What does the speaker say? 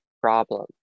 problem